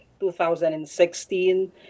2016